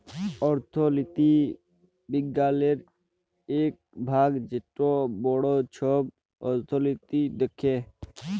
অথ্থলিতি বিজ্ঞালের ইক ভাগ যেট বড় ছব অথ্থলিতি দ্যাখে